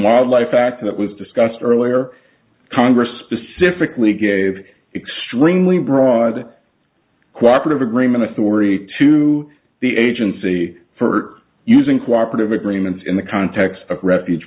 wildlife act that was discussed earlier congress specifically gave extremely broad cooperative agreement authority to the agency for using co operative agreements in the context of refuge